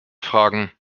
fragen